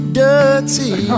dirty